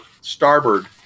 starboard